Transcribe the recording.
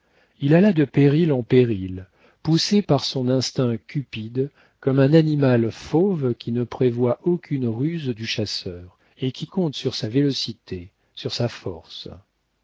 il alla de péril en péril poussé par son instinct cupide comme un animal fauve qui ne prévoit aucune ruse du chasseur et qui compte sur sa vélocité sur sa force